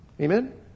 Amen